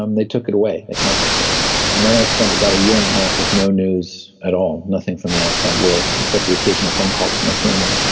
um they took it away, they confiscated it and then i spent about a year and a half with no news at all, nothing from the outside world except the occasional phone call to my family.